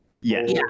Yes